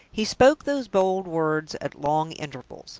he spoke those bold words at long intervals,